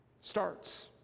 starts